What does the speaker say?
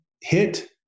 hit